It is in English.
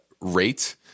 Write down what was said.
rate